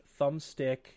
thumbstick